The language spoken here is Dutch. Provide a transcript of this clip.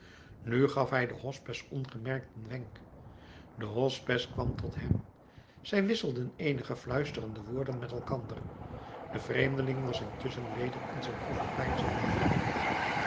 nu gaf hij den hospes ongemerkt een wenk de hospes kwam tot hem zij wisselden eenige fluisterende woorden met elkander de vreemdeling was intusschen weder in zijn overpeinzingen verdiept